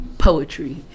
Poetry